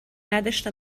نداشته